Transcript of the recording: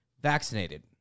vaccinated